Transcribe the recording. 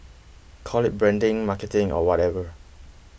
call it branding marketing or whatever